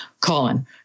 Colin